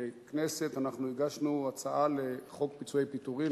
הכנסת הגשנו הצעה לחוק פיצויי פיטורים,